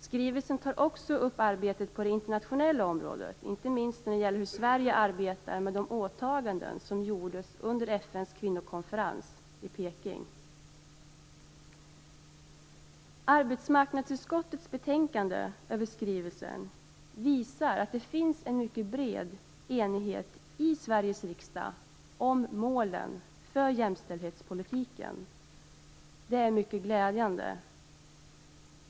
Skrivelsen tar också upp arbetet på det internationella området, inte minst när det gäller hur Sverige arbetar med de åtaganden som gjordes under FN:s kvinnokonferens i Arbetsmarknadsutskottets betänkande över skrivelsen visar att det finns en mycket bred enighet i Det är mycket glädjande.